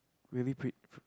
really pret